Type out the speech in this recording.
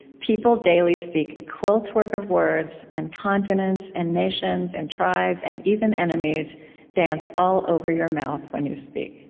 people daily speak a quilt work of words, and continents and nations and tribes and even enemies dance all over your mouth when you speak.